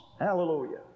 Hallelujah